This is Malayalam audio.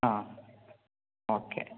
ആ ഓക്കേ